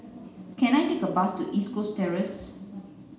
can I take a bus to East Coast Terrace